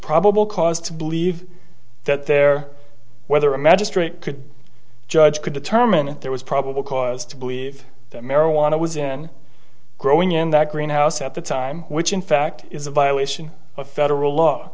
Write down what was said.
probable cause to believe that there whether a magistrate could judge could determine that there was probable cause to believe that marijuana was in growing in that greenhouse at the time which in fact is a violation of federal law